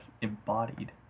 embodied